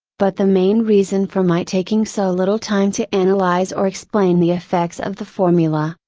but the main reason for my taking so little time to analyze or explain the effects of the formula,